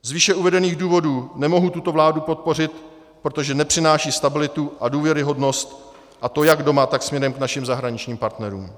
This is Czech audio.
Z výše uvedených důvodů nemohu tuto vládu podpořit, protože nepřináší stabilitu a důvěryhodnost, a to jak doma, tak směrem k našim zahraničním partnerům.